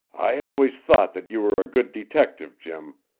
i always thought that you were a good detective, jim,